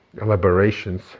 elaborations